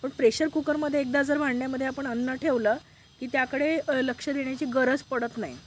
पण प्रेशर कुकरमध्ये एकदा जर भांड्यामध्ये आपण अन्न ठेवलं की त्याकडे लक्ष देण्याची गरज पडत नाही